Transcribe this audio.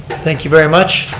thank you very much.